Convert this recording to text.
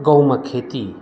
गहुँमक खेती